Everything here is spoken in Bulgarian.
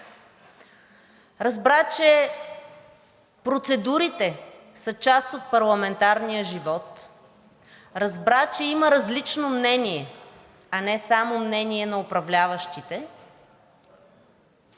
разбра, че процедурите са част от парламентарния живот, разбра, че има различно мнение, а не само мнение на управляващите,